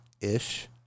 ish